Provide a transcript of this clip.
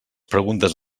preguntes